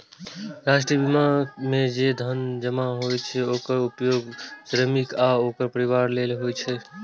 राष्ट्रीय बीमा मे जे धन जमा होइ छै, ओकर उपयोग श्रमिक आ ओकर परिवार लेल कैल जाइ छै